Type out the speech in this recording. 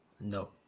No